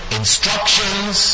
instructions